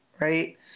Right